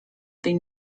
been